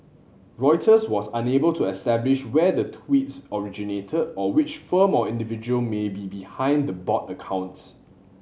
Reuters was unable to establish where the tweets originated or which formal or individual may be behind the bot accounts